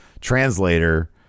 translator